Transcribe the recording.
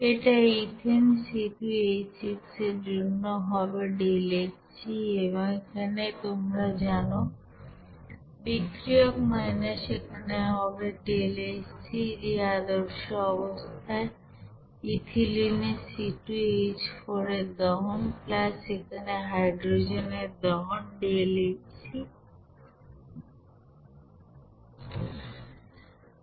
এটা ethane C2H6 এর জন্য হবে ΔHc এবং এখানে তোমরা জানো বিক্রিয়ক এখানে এটা হবে ΔHc যে আদর্শ অবস্থায় ইথিলিনের C2H4 এর দহন এখানে হাইড্রোজেন এর দহন ΔHc